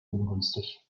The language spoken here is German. ungünstig